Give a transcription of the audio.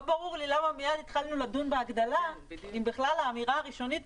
לא ברור לי למה מייד התחלנו לדון בהגדלה אם בכלל האמירה הראשונית,